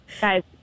guys